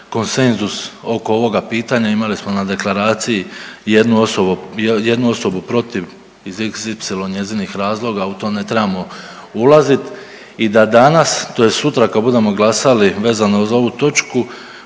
konsenzus oko ovoga pitanja, imali smo na deklaraciji jednu osobu, jednu osobu protiv iz xy njezinih razloga, u to ne trebamo ulazit i da danas tj. sutra kad budemo glasali vezano uz ovu točku